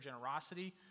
generosity